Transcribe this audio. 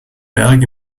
berg